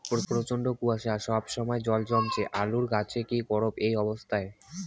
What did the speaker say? প্রচন্ড কুয়াশা সবসময় জল জমছে আলুর গাছে কি করব এই অবস্থায়?